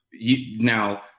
now